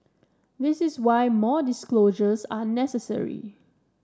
this is why more disclosures are necessary